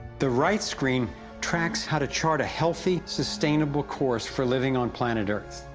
the right screen tracks how to chart a healthy sustainable course for living on planet earth.